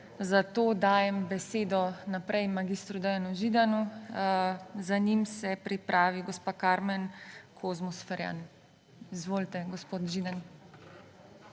Zato dajem besedo naprej mag. Dejanu Židanu. Za njim se pripravi gospa Karmen Kozmus Ferjan. Izvolite, gospod Židan.